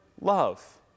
love